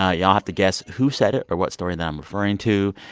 ah y'all have to guess who said it or what story that i'm referring to.